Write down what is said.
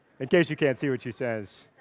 and case you can't see what she says.